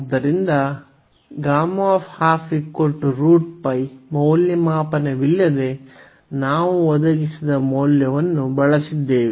ಆದ್ದರಿಂದ ಮೌಲ್ಯಮಾಪನವಿಲ್ಲದೆ ನಾವು ಒದಗಿಸಿದ ಮೌಲ್ಯವನ್ನು ಬಳಸಿದ್ದೇವೆ